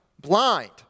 blind